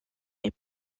est